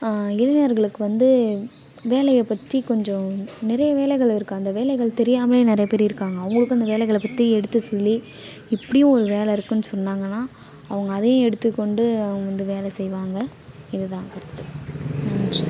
இளைஞர்களுக்கு வந்து வேலையைப் பற்றி கொஞ்சம் நிறைய வேலைகள் இருக்குது அந்த வேலைகள் தெரியாமலேயே நிறையப் பேர் இருக்காங்க அவங்களுக்கும் அந்த வேலைகளைப் பற்றி எடுத்து சொல்லி இப்படியும் ஒரு வேலை இருக்குதுன்னு சொன்னாங்கனா அவங்க அதையும் எடுத்துக்கொண்டு அவங்க வந்து வேலை செய்வாங்க இதுதான் கருத்து நன்றி